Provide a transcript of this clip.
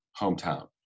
hometown